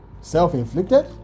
Self-inflicted